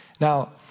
Now